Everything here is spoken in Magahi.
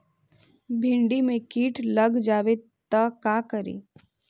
भिन्डी मे किट लग जाबे त का करि?